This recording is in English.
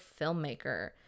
filmmaker